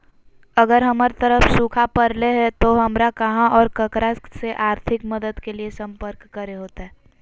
अगर हमर तरफ सुखा परले है तो, हमरा कहा और ककरा से आर्थिक मदद के लिए सम्पर्क करे होतय?